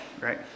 right